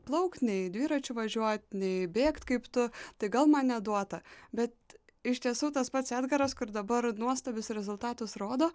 plaukt nei dviračiu važiuot nei bėgt kaip tu tai gal man neduota bet iš tiesų tas pats edgaras kur dabar nuostabius rezultatus rodo